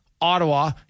Ottawa